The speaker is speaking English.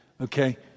Okay